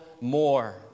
more